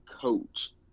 coach